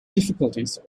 difficulties